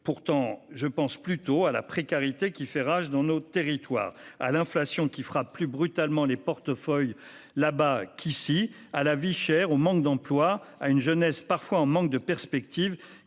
sérieux. Je pense plutôt à la précarité qui fait rage dans nos territoires, à l'inflation qui frappe plus brutalement les portefeuilles là-bas qu'ici, à la vie chère, au manque d'emplois, à une jeunesse qui manque parfois de perspectives,